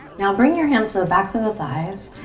now bring your hands to the backs of the thighs.